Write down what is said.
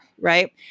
right